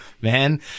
man